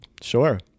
sure